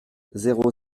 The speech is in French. zéro